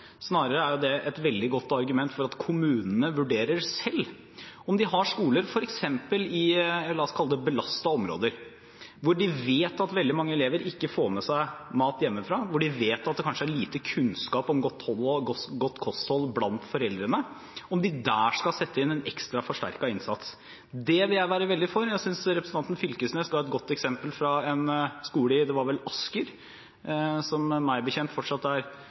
Snarere er det et veldig godt argument for at kommunene selv bør vurdere om de har skoler i, la oss kalle det, belastede områder – hvor de vet at veldig mange elever ikke får med seg mat hjemmefra, hvor de vet at det kanskje er lite kunnskap om godt kosthold blant foreldrene – og om de der skal sette inn en forsterket innsats. Det vil jeg være veldig for. Jeg synes representanten Knag Fylkesnes ga et godt eksempel fra en skole i Asker, var det vel. Meg bekjent er den kommunen fremdeles borgerlig styrt, for å si det forsiktig. Det er